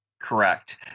Correct